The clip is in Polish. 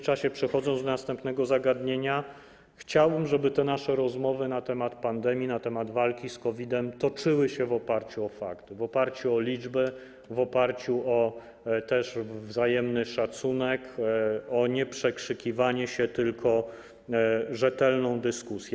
Przechodząc do następnego zagadnienia, chciałbym, żeby nasze rozmowy na temat pandemii, na temat walki z COVID-em toczyły się w oparciu o fakt, w oparciu o liczby, w oparciu o wzajemny szacunek, o nie przekrzykiwanie się, tylko rzetelną dyskusję.